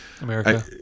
america